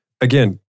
again